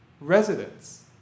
residents